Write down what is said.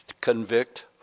convict